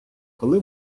коли